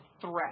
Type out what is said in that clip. threat